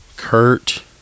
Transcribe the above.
Kurt